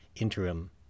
interim